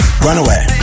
Runaway